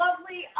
lovely